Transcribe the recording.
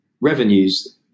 revenues